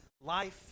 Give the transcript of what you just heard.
life